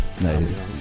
Nice